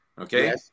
Okay